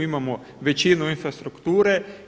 Imamo većinu infrastrukture.